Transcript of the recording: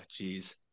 jeez